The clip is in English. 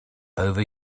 over